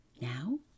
Now